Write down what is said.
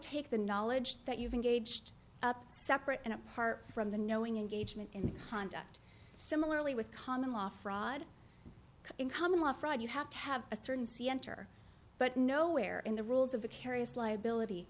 take the knowledge that you've engaged separate and apart from the knowing engagement in the conduct similarly with common law fraud in common law fraud you have to have a certain c enter but nowhere in the rules of the carious liability